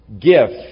Gift